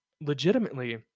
legitimately